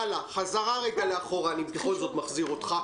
הלאה, נחזור אחורה, אני בכל זאת מחזיר אותך.